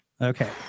Okay